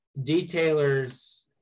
detailers